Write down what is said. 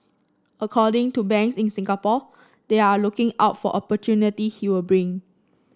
according to banks in Singapore they are looking out for opportunity he will bring